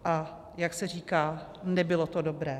A jak se říká, nebylo to dobré.